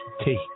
Take